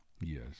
yes